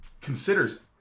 considers